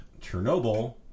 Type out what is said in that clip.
Chernobyl